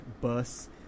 bus